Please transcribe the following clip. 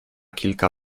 kilka